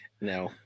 No